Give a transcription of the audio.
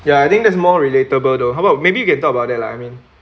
ya I think that's more relatable though how about maybe you can talk about that lah I mean